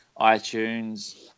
iTunes